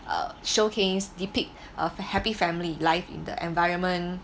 uh showcase depict of a happy family life in the environment